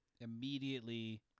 Immediately